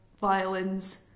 violins